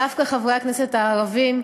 דווקא חברי הכנסת הערבים,